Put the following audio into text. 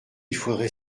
faudrait